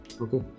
Okay